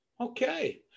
okay